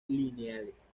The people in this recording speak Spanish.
lineales